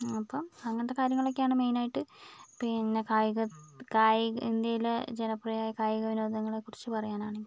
അപ്പോൾ അങ്ങനത്തെ കാര്യങ്ങളൊക്കെയാണ് മെയിൻ ആയിട്ട് പിന്നെ കായിക കായിക ഇന്ത്യയിലെ ജനപ്രിയ കായിക വിനോദങ്ങളെക്കുറിച്ച് പറയാനാണെങ്കിൽ